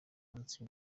munsi